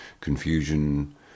confusion